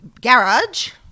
garage